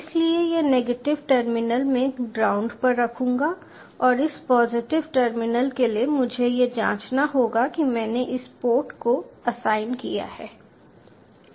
इसलिए यह negative terminal मैं ग्राउंड पर रखूंगा और इस पॉजिटिव टर्मिनल के लिए मुझे यह जांचना होगा कि मैंने किस पोर्ट को एसाइन किया है